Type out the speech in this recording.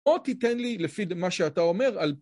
או תיתן לי לפי מה שאתה אומר על...